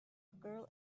girl